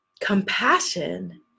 compassion